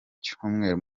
cyumweru